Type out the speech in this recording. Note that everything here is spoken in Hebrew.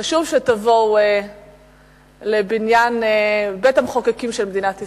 חשוב שתבואו לבניין בית-המחוקקים של מדינת ישראל.